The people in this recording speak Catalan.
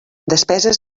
despeses